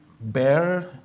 bear